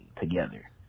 Together